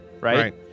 right